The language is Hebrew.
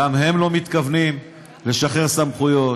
גם הם לא מתכוונים לשחרר סמכויות